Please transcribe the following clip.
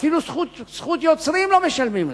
אפילו זכות יוצרים לא משלמים לה,